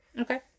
Okay